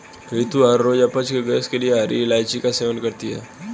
रितु हर रोज अपच और गैस के लिए हरी इलायची का सेवन करती है